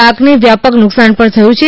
પાકને વ્યાપક નુકસાન પણ થયું છે